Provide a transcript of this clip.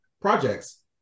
projects